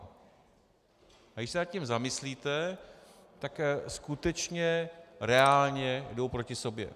A když se nad tím zamyslíte, tak skutečně reálně jdou proti sobě.